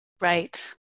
right